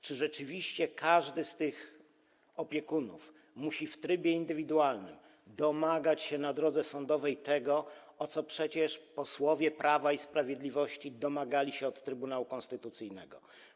Czy rzeczywiście każdy z tych opiekunów musi w trybie indywidualnym, na drodze sądowej domagać się tego, czego przecież posłowie Prawa i Sprawiedliwości domagali się od Trybunału Konstytucyjnego?